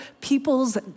people's